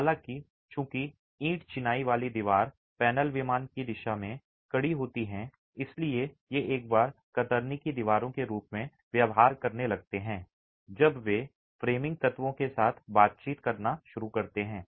हालाँकि चूंकि ईंट चिनाई वाली दीवार पैनल विमान की दिशा में कड़ी होती हैं इसलिए ये एक बार कतरनी की दीवारों के रूप में व्यवहार करने लगते हैं जब वे फ़्रेमिंग तत्वों के साथ बातचीत करना शुरू करते हैं